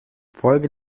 folge